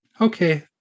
Okay